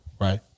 Right